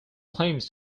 claims